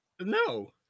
No